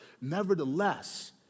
Nevertheless